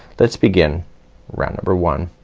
let's begin round number one.